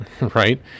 right